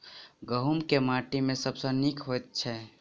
गहूम केँ माटि मे सबसँ नीक होइत छै?